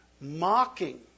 mocking